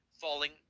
falling